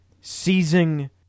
seizing